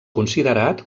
considerat